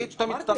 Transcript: תגיד שאתה מצטרף.